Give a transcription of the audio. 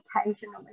occasionally